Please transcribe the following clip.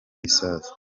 ibisasu